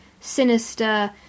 sinister